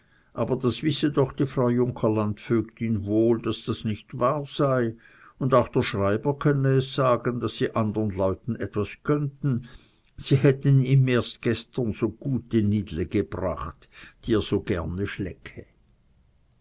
aber das wisse doch die frau junker landvögtin wohl daß das nicht wahr sei und auch der schreiber könne es sagen daß sie andern leuten etwas gönnten sie hätte ihm erst gestern so gute nidle gebracht die er so gerne schlecke